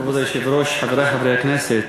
כבוד היושב-ראש, חברי חברי הכנסת,